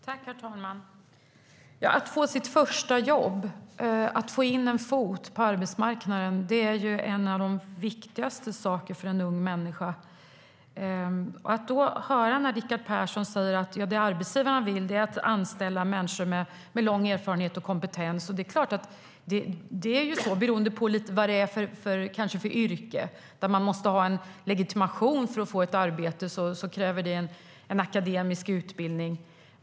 Herr talman! Att få sitt första jobb och få in en fot på arbetsmarknaden är en av de viktigaste sakerna för en ung människa. Vi får höra Rickard Persson säga att vad arbetsgivaren vill är att anställa människor med lång erfarenhet och kompetens. Det är så, kanske lite beroende på vad det är för yrke. Där man måste ha en legitimation för att få ett arbete kräver det en akademisk utbildning.